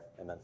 amen